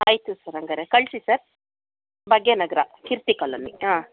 ಆಯಿತು ಸರ್ ಹಂಗಾರೆ ಕಳಿಸಿ ಸರ್ ಭಾಗ್ಯ ನಗರ ಕೀರ್ತಿ ಕಾಲೊನಿ ಹಾಂ